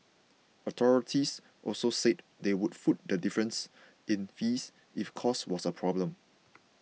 authorities also said they would foot the difference in fees if cost was a problem